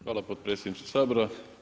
Hvala potpredsjedniče Sabora.